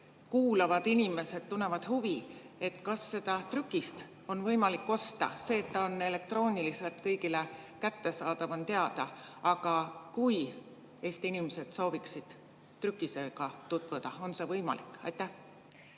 kuulavad inimesed tunnevad huvi, et kas seda trükist on võimalik osta. See, et ta on elektrooniliselt kõigile kättesaadav, on teada. Aga kui Eesti inimesed sooviksid trükisega tutvuda, on see võimalik? Aitäh,